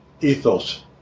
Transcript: ethos